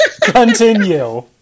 Continue